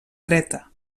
dreta